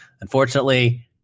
Unfortunately